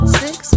six